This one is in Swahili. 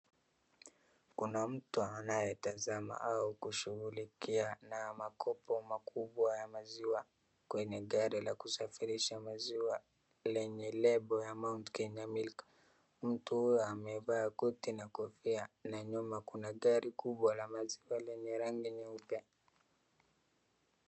Kuna mtu anaye tazama au kushughulikia na makopo makubwa ya maziwa kwenye gari la kusafirisha maziwa lenye label ya Mount Kenya Milk. Mtu huyu amevaa koti na kofia na nyuma kuna gari kubwa la maziwa lenye rangi nyeupe.